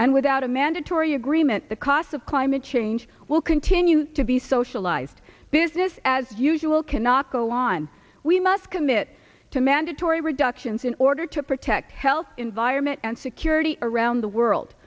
and without a mandatory agreement the costs of climate change will continue to be socialized business as usual cannot go on we must commit to mandatory reductions in order to protect health environment and security around the world